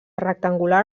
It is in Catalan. rectangular